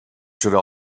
should